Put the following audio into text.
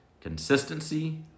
Consistency